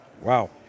Wow